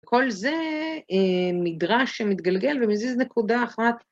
כל זה מדרש שמתגלגל ומזיז נקודה אחת.